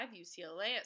UCLA